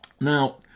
Now